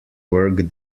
work